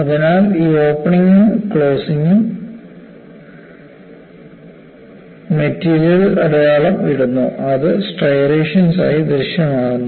അതിനാൽ ഈ ഓപ്പണിംഗും ക്ലോസിംഗും മെറ്റീരിയലിൽ അടയാളം ഇടുന്നു അത് സ്ട്രൈയേഷൻസ് ആയി ദൃശ്യമാകുന്നു